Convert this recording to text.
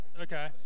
Okay